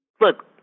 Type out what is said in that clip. Look